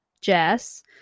Jess